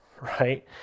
right